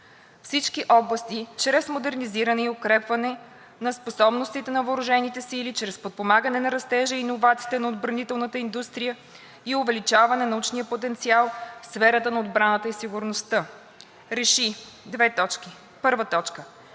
всички области чрез модернизиране и укрепване на способностите на въоръжените сили, чрез подпомагане на растежа и иновациите на отбранителната индустрия и увеличаване на научния потенциал в сферата на отбраната и сигурността. РЕШИ: 1. Министерският